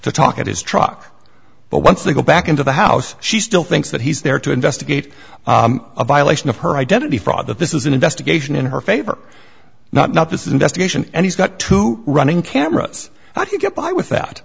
to talk at his truck but once they go back into the house she still thinks that he's there to investigate a violation of her identity fraud that this is an investigation in her favor not not this investigation and he's got to running camera i can get by with that